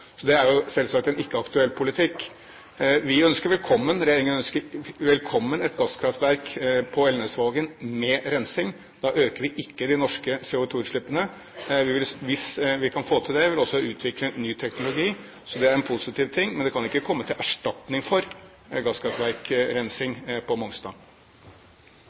Det er selvsagt ikke en aktuell politikk. Regjeringen ønsker velkommen et gasskraftverk med rensing i Elnesvågen. Da øker vi ikke de norske CO2-utslippene. Hvis vi kan få til det, vil vi også utvikle ny teknologi. Det er positivt, men det kan ikke komme til erstatning for gasskraftverkrensing på Mongstad.